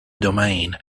domain